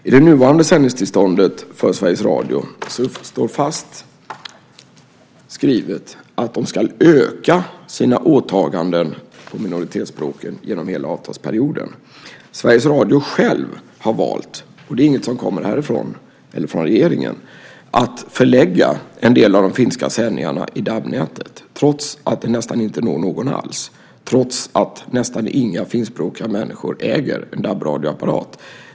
I det nuvarande sändningstillståndet för Sveriges Radio står klart skrivet att man ska öka sina åtaganden på minoritetsspråken genom hela avtalsperioden. Sveriges Radio har själv valt, och det är inget som kommer härifrån riksdagen eller från regeringen, att förlägga en del av de finska sändningarna i DAB-nätet trots att det nästan inte når någon alls och trots att nästan inga finskspråkiga människor äger en DAB-radioapparat.